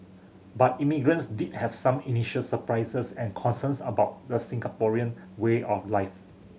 but immigrants did have some initial surprises and concerns about the Singaporean way of life